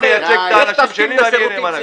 מייצג את האנשים שלי ואני נאמן להם.